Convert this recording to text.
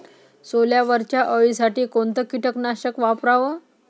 सोल्यावरच्या अळीसाठी कोनतं कीटकनाशक वापराव?